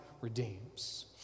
redeems